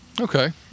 okay